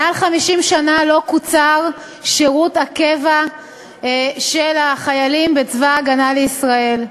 מעל 50 שנה לא קוצר שירות הקבע של החיילים בצבא הגנה לישראל.